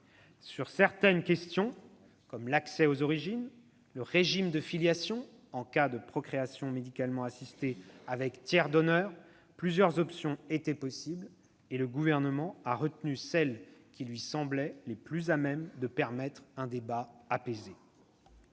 Sur certaines questions, comme l'accès aux origines, le régime de filiation en cas de procréation médicalement assistée avec tiers donneur, plusieurs options étaient possibles, et le Gouvernement a retenu celles qui lui semblaient les plus à même de permettre un débat apaisé.